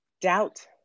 doubt